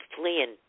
fleeing